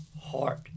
heart